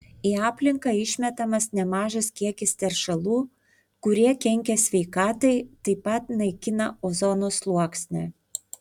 į aplinką išmetamas nemažas kiekis teršalų kurie kenkia sveikatai taip pat naikina ozono sluoksnį